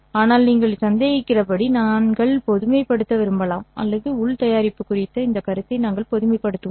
ஆனால் நீங்கள் சந்தேகிக்கிறபடி நாங்கள் பொதுமைப்படுத்த விரும்பலாம் அல்லது உள் தயாரிப்பு குறித்த இந்த கருத்தை நாங்கள் பொதுமைப்படுத்துவோம்